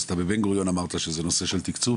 אז בבן גוריון אמרת שזה נושא של תקצוב,